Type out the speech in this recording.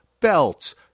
belts